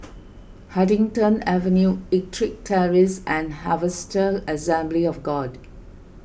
Huddington Avenue Ettrick Terrace and Harvester Assembly of God